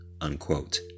unquote